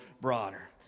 broader